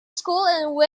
school